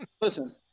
Listen